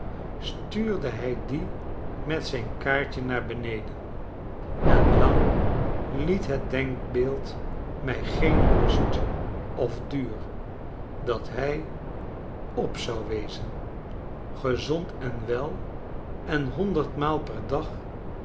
stuurde hij dien met zijn kaartje naar beneden en langliet het denkbeeld mij geen rust of duur dat hij op zou wezen gezond en wel en honderdmaal per dag